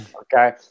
Okay